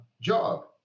job